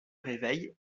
réveille